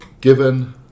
Given